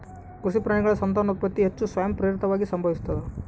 ಕೃಷಿ ಪ್ರಾಣಿಗಳ ಸಂತಾನೋತ್ಪತ್ತಿ ಹೆಚ್ಚು ಸ್ವಯಂಪ್ರೇರಿತವಾಗಿ ಸಂಭವಿಸ್ತಾವ